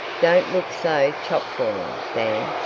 don't look so chopfallen, dan.